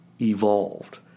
evolved